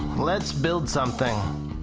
let's build something.